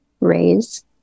raise